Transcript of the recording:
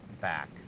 back